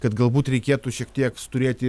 kad galbūt reikėtų šiek tiek turėti